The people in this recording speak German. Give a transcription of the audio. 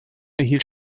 erhielt